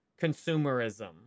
consumerism